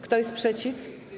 Kto jest przeciw?